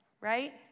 right